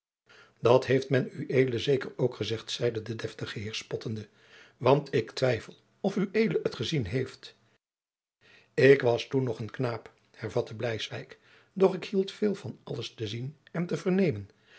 dat heeft men ued zeker ook gezegd zeide de deftige heer spottende want ik twijfel of ued het gezien heeft ik was toen nog een knaap hervatte bleis wyk doch ik hield veel van alles te zien en te vernemen